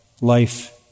life